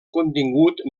contingut